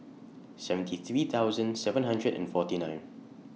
seventy three thousand seven hundred and forty nine